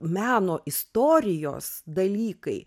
meno istorijos dalykai